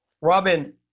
robin